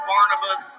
Barnabas